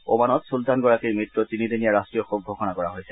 ওমানত চুলতানগৰাকীৰ মৃত্যুত তিনিদিনীয়া ৰট্টীয় শোক ঘোষণা কৰা হৈছে